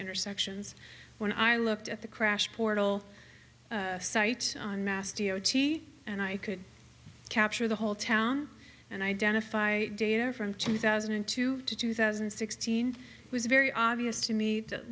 intersections when i looked at the crash portal site mass d o t and i could capture the whole town and identify data from two thousand and two to two thousand and sixteen it was very obvious to me t